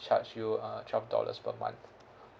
charge you uh twelve dollars per month